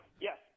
Yes